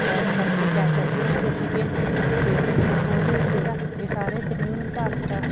pack ਕਰਕੇ ਤਿਆਰ ਕਰਕੇ ਰੱਖੇ ਸੀਗੇ ਅਤੇ ਉਹ ਉਹਦੇ ਉੱਤੇ ਰੱਖ ਕੇ ਸਾਰੇ ਫਿਰ ਉਹਨੂੰ ਢੱਕਤਾ